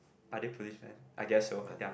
are they policeman I guess so ya